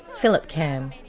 philip cam.